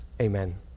Amen